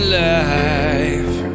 life